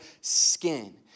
skin